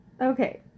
Okay